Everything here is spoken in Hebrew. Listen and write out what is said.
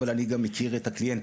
אבל אני גם מכיר את הקליינטים,